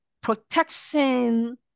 protection